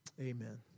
amen